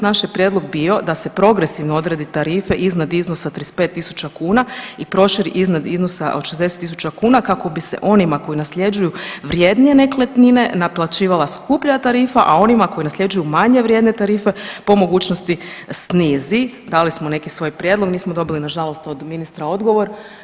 Naš je prijedlog bio da se progresivno odredi tarife iznad iznosa 35 tisuća kuna i proširi iznad iznosa od 60 tisuća kuna, kako bi se onima koji nasljeđuju vrijednije nekretnine naplaćivala skuplja tarifa, a onima koji nasljeđuju manje vrijedne tarife, po mogućnosti snizi, dali smo neki svoj prijedlog, nismo dobili, nažalost od ministra odgovor.